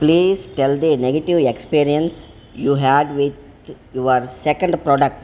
please tell the negative experience you had with your second product